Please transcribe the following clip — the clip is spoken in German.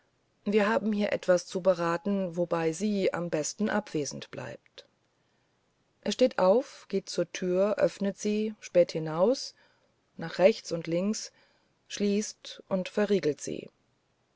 wir haben hier etwas zu beraten wobei sie am besten abwesend bleibt er steht auf geht zur tür öffnet sie späht hinaus nach rechts und links schließt und verriegelt sie